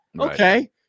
Okay